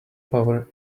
power